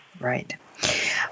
Right